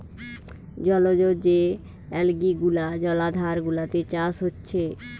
জলজ যে অ্যালগি গুলা জলাধার গুলাতে চাষ হচ্ছে